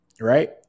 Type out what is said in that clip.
right